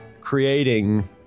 creating